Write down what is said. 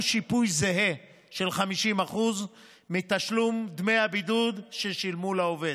שיפוי זהה של 50% מתשלום דמי הבידוד ששילמו לעובד.